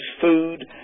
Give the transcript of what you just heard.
food